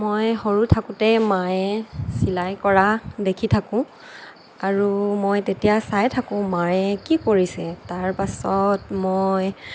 মই সৰু থাকোঁতে মায়ে চিলাই কৰা দেখি থাকোঁ আৰু মই তেতিয়া চাই থাকোঁ মায়ে কি কৰিছে তাৰ পাছত মই